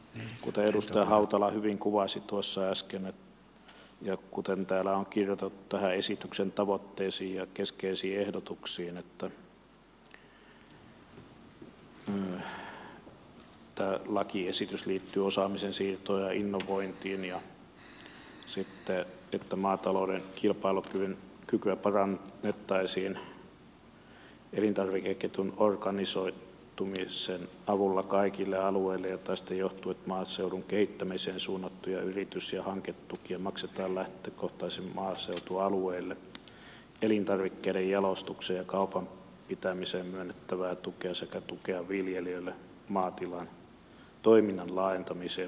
kuten edustaja hautala hyvin kuvasi tuossa äsken ja kuten täällä on kirjoitettu tähän esityksen tavoitteisiin ja keskeisiin ehdotuksiin lakiesitys liittyy osaamisen siirtoon ja innovointiin ja maatalouden kilpailukykyä parannettaisiin elintarvikeketjun organisoitumisen avulla kaikille alueille ja tästä johtuu että maaseudun kehittämiseen suunnattuja yritys ja hanketukia maksetaan lähtökohtaisesti maaseutualueille elintarvikkeiden jalostukseen ja kaupan pitämiseen myönnettävää tukea sekä tukea viljelijöille maatilan toiminnan laajentamiseen maatalouden ulkopuolelle